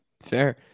fair